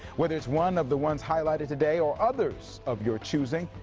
whether it's one of the ones highlighted today or others of your choosing,